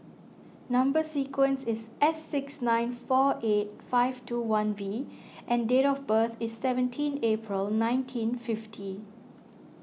Number Sequence is S six nine four eight five two one V and date of birth is seventeen April nineteen fifty